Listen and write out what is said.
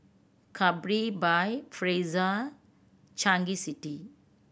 Capri by Fraser Changi City